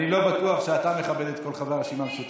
אני לא בטוח שאתה מכבד את כל חברי הרשימה המשותפת,